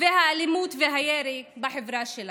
האלימות והירי בחברה שלנו.